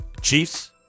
Chiefs